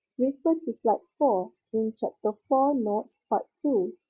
refer to slide four in chapter four notes part two.